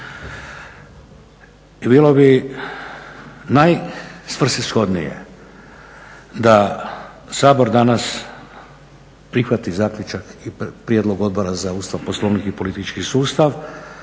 bilo bi najsvrsishodnije da Sabor danas prihvati zaključak i prijedlog Odbora za Ustav, Poslovnik i politički sustav,